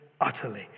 utterly